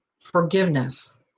forgiveness